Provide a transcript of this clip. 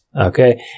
Okay